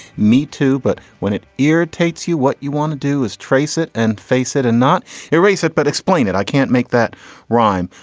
me, too. but when it irritates you, what you want to do is trace it and face it and not erase it. but explain it. i can't make that rhyme.